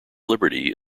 liberty